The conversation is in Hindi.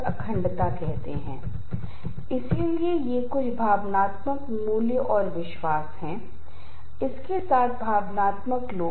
यदि आप नहीं करते हैं यदि आप किसी भी भूमिका को सफलतापूर्वक निष्पादित करने में विफल रहते हैं जो तनाव को भी जन्म देगा